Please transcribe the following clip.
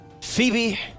Phoebe